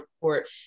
report